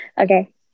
okay